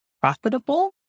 profitable